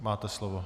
Máte slovo.